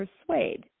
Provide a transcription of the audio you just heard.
persuade